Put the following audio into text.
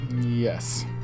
yes